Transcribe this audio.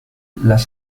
las